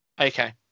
Okay